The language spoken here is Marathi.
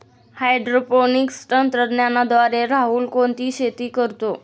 हायड्रोपोनिक्स तंत्रज्ञानाद्वारे राहुल कोणती शेती करतो?